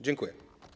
Dziękuję.